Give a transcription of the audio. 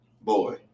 boy